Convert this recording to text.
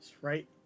right